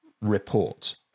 report